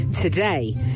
today